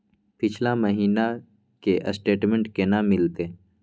पिछला महीना के स्टेटमेंट केना मिलते?